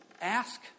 ask